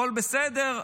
הכול בסדר,